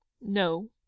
No